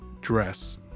dress